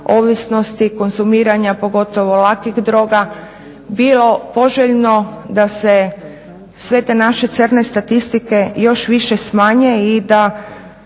ovisnosti, konzumiranja pogotovo lakih droga bilo poželjno da se sve te naše crne statistike još više smanje i da